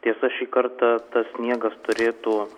tiesa šį kartą tas sniegas turėtų